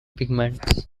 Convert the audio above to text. pigments